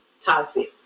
toxic